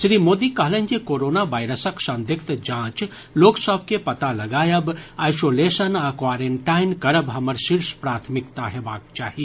श्री मोदी कहलनि जे कोरोना वायरसक संदिग्धक जांच लोक सभ के पता लगायब आइसोलेशन आ क्वारेंटाइन करब हमर शीर्ष प्राथमिकता हेबाक चाही